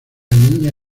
niña